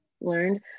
learned